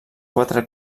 quatre